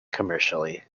commercially